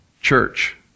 church